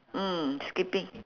mm skipping